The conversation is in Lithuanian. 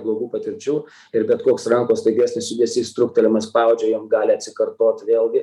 blogų patirčių ir bet koks rankos staigesnis judesys truktelėjimas pavadžio jam gali atsikartot vėlgi